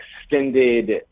extended